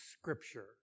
scripture